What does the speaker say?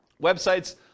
websites